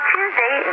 Tuesday